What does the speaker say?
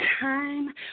time